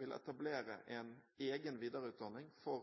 vil etablere en egen videreutdanning for